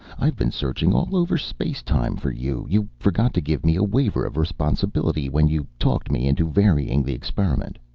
i've been searching all over space-time for you. you forgot to give me a waiver of responsibility when you talked me into varying the experiment.